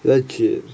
legit